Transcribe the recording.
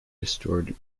restored